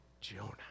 Jonah